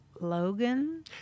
Logan